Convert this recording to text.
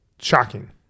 shocking